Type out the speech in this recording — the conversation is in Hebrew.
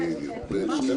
אז אני